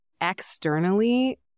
externally